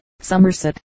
Somerset